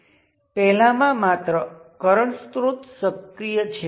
એ જ રીતે અહીં આપણી પાસે બે સોર્સ છે તેથી આ દરેક કરંટ આ બે સોર્સનું લિનિયર કોમ્બિનેશન હશે